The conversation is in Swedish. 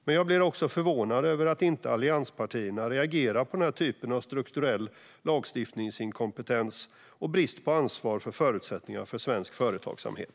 Men jag blir också förvånad över att inte allianspartierna reagerar på den här typen av strukturell lagstiftningsinkompetens och brist på ansvar för förutsättningarna för svensk företagsamhet.